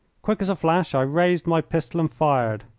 quick as a flash i raised my pistol and fired.